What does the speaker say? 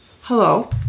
Hello